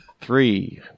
Three